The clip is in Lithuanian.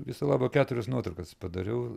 viso labo keturias nuotraukas padariau